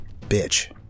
bitch